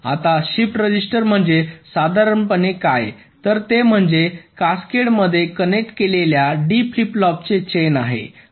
आता shift register म्हणजे साधारणपणे काय तर ते म्हणजे कॅसकेड मध्ये कनेक्ट केलेल्या D फ्लिप फ्लॉपची चेन आहे